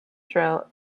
drill